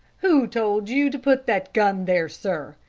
who told you to put that gun there, sir?